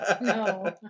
no